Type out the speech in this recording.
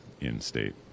in-state